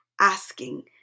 asking